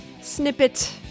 snippet